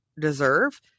deserve